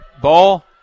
Ball